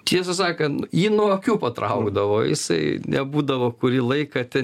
tiesą sakan jį nuo akių patraukdavo jisai nebūdavo kurį laiką ten